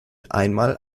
einmal